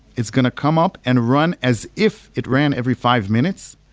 it's going to come up and run as if it ran every five minutes.